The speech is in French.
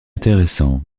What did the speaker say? intéressant